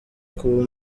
kuba